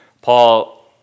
Paul